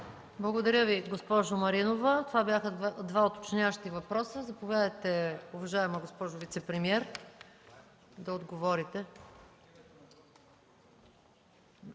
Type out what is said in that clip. Благодаря, госпожо Маринова. Това бяха двата уточняващи въпроса. Заповядайте, госпожо вицепремиер, да отговорите.